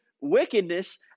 wickedness